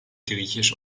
griechisch